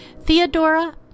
Theodora